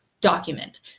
document